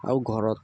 আৰু ঘৰত